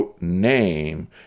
name